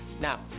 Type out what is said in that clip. Now